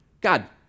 god